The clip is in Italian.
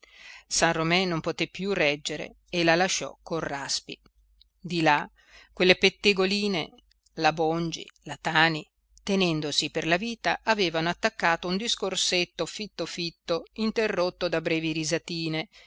la generalessa san romé non poté più reggere e la lasciò col raspi di là quelle pettegoline la bongi la tani tenendosi per la vita avevano attaccato un discorsetto fitto fitto interrotto da brevi risatine